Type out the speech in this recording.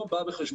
לא בא בחשבון.